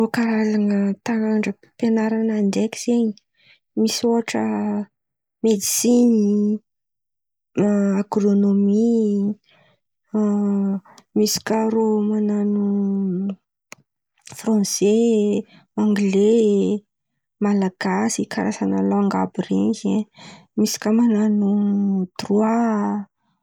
Rô Karazan̈a taranja mpianaran̈a ndaiky zen̈y misy ôhatra: Medsina, Agrônômy, misy kà rô man̈ano Franse, Angle, Malagasy Karazan̈a langy àby ren̈y zen̈y misy kà man̈ano Doroa.